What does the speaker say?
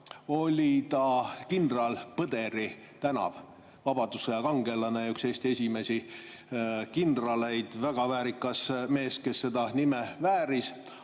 oli see Kindral Põdra tänav – vabadussõja kangelane, üks esimesi Eesti kindraleid, väga väärikas mees, kes seda nime vääris.